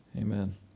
Amen